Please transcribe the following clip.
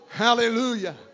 Hallelujah